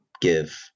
give